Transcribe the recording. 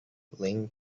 ling